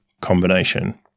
combination